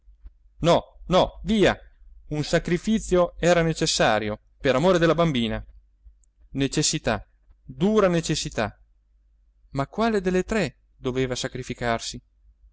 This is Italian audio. no no via un sacrifizio era necessario per amore della bambina necessità dura necessità ma quale delle tre doveva sacrificarsi